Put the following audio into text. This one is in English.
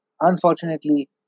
Unfortunately